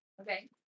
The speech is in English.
okay